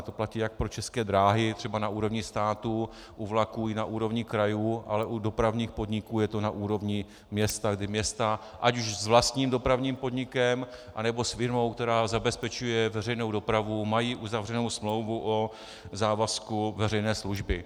To platí jak pro České dráhy, třeba na úrovni státu u vlaků, i na úrovni krajů, ale u dopravních podniků je to na úrovni města, kdy města, ať už s vlastním dopravním podnikem, anebo s firmou, která zabezpečuje veřejnou dopravu, mají uzavřenou smlouvu o závazku veřejné služby.